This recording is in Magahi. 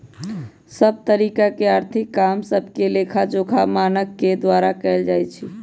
सभ तरिका के आर्थिक काम सभके लेखाजोखा मानक के द्वारा कएल जाइ छइ